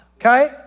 okay